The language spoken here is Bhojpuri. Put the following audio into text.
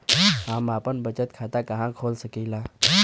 हम आपन बचत खाता कहा खोल सकीला?